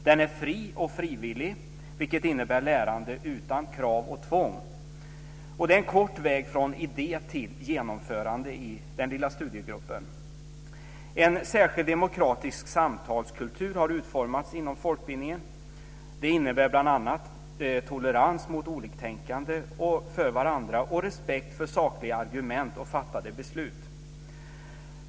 Den är fri och frivillig, vilket innebär lärande utan krav och tvång, och det är en kort väg från idé till genomförande i den lilla studiegruppen. En särskild demokratisk samtalskultur har utformats inom folkbildningen. Det innebär bl.a. tolerans mot oliktänkande och för varandra och respekt för sakliga argument och fattade beslut.